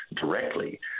directly